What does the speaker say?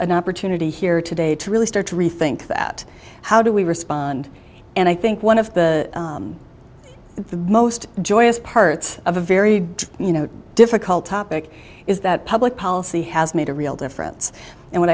an opportunity here today to really start to rethink that how do we respond and i think one of the most joyous parts of a very you know difficult topic is that public policy has made a real difference and wh